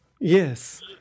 Yes